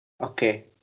Okay